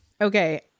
Okay